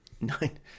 nine